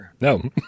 No